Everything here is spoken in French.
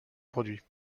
produit